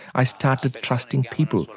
i started trusting people,